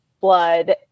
blood